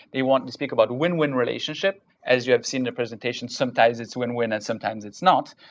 they want to speak about win-win relationship. as you have seen their presentation, sometimes it's win-win, and sometimes it's not.